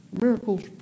miracles